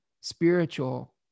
spiritual